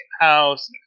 house